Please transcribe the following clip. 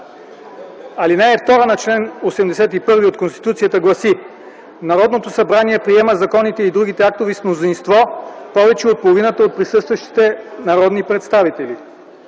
Алинея 2 от чл. 81 на Конституцията гласи: „Народното събрание приема законите и другите актове с мнозинство повече от половината от присъстващите народни представители”.